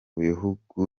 bihugu